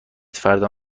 فردا